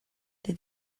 did